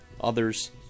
others